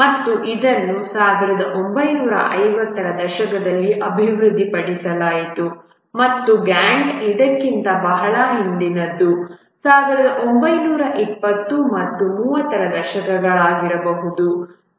ಮತ್ತು ಇದನ್ನು 1950 ರ ದಶಕದಲ್ಲಿ ಅಭಿವೃದ್ಧಿಪಡಿಸಲಾಯಿತು ಮತ್ತು ಗ್ಯಾಂಟ್ ಇದಕ್ಕಿಂತ ಬಹಳ ಹಿಂದಿನದು 1920 ಮತ್ತು 30 ರ ದಶಕಗಳಾಗಿರಬಹುದು